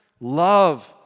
Love